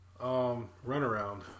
Runaround